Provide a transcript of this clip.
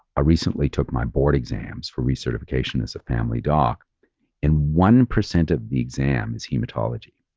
ah recently took my board exams for recertification as a family doc and one percent of the exam is hematology.